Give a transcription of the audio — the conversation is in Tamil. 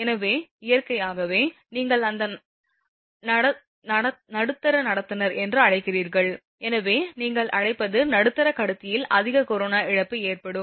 எனவே இயற்கையாகவே நீங்கள் அந்த நடுத்தர நடத்துனர் என்று அழைக்கிறீர்கள் எனவே நீங்கள் அழைப்பது நடுத்தர கடத்தியில் அதிக கொரோனா இழப்பு ஏற்படும்